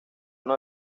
una